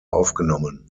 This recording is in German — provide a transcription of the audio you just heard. aufgenommen